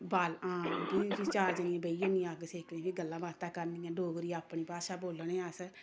बाल आं भी भी चार जनियां बेही जन्नियां अग्ग सेकने भी गल्लां बातां करनियां डोगरी अपनी भाशा बोलने आं अस